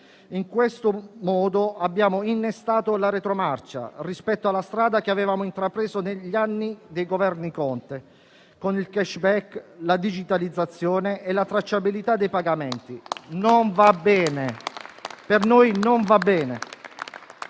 In questo modo abbiamo innestato la retromarcia rispetto alla strada che avevamo intrapreso negli anni dei Governi Conte con il *cashback*, la digitalizzazione e la tracciabilità dei pagamenti. Per noi non va bene.